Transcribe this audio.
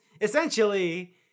essentially